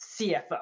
CFO